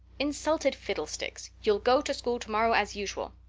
insulted fiddlesticks! you'll go to school tomorrow as usual.